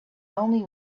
only